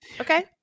Okay